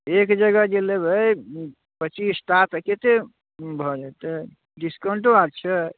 एक जगह जे लेबै पचीस टा तऽ कतेक भऽ जयतै डिस्काउन्टो आर छै